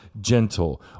gentle